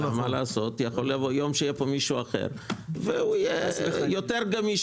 אולי מישהו אחר יהיה פה והוא יהיה יותר גמיש